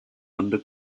under